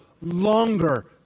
longer